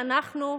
שאנחנו,